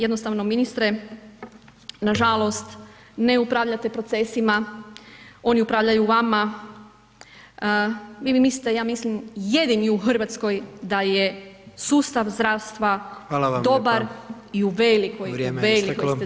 Jednostavno ministre, nažalost ne upravljate procesima, oni upravljaju vama, vi mislite ja mislim jedini u Hrvatskoj da je sustav zdravstva dobar i u velikoj, velikoj ste zabludi.